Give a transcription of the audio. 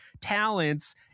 talents